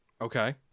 Okay